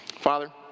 Father